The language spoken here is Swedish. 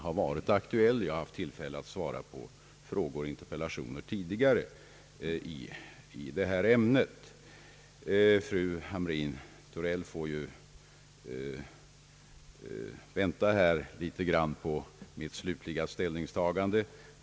Jag har haft tillfälle att svara på frågor och interpellationer i detta ämne tidigare. Fru Hamrin-Thorell får vänta ett tag på mitt slutliga ställningstagande.